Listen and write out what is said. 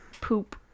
poop